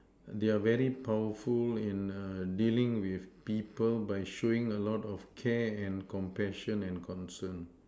they are very powerful in err dealing with people by showing a lot of care and compassion and concern